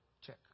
Check